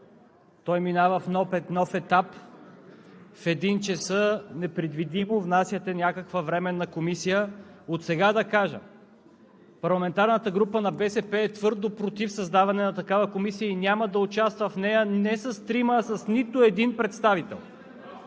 Той минава в нов етап – в 13,00 ч. непредвидимо внасяте някаква временна комисия. Отсега да кажа: парламентарната група на БСП е твърдо против създаване на такава комисия и няма да участва в нея не с трима, а с нито един представител!